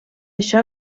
això